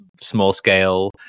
small-scale